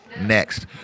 next